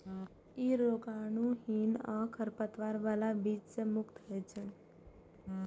ई रोगाणुहीन आ खरपतवार बला बीज सं मुक्त होइ छै